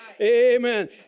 Amen